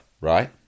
right